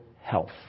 health